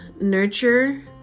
nurture